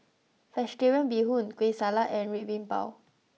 Vegetarian Bee Hoon Kueh Salat and Red Bean Bao